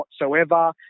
whatsoever